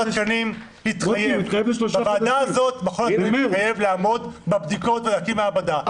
התקנים התחייב לעמוד בבדיקות ולהקים מעבדה,